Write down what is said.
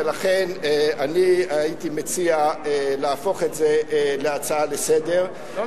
ולכן אני הייתי מציע להפוך את זה להצעה לסדר-היום,